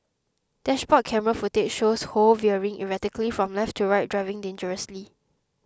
dashboard camera footage shows Ho veering erratically from left to right driving dangerously